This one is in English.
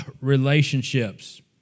relationships